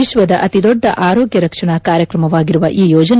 ವಿಶ್ಲದ ಅತಿ ದೊಡ್ಡ ಆರೋಗ್ಯ ರಕ್ಷಣಾ ಕಾರ್ತ್ರಮವಾಗಿರುವ ಈ ಯೋಜನೆ